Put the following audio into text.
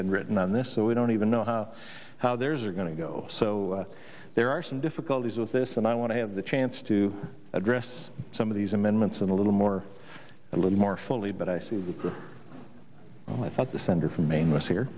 been written on this so we don't even know how theirs are going to go so there are some difficulties with this and i want to have the chance to address some of these amendments in a little more a little more fully but i see because i thought the senator from maine was here